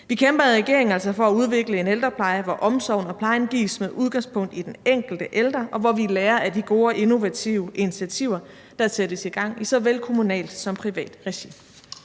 Vi kæmper altså i regeringen for at udvikle en ældrepleje, hvor omsorgen og plejen gives med udgangspunkt i den enkelte ældre, og hvor vi lærer af de gode og innovative initiativer, der sættes i gang i såvel kommunalt som privat regi.